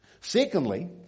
Secondly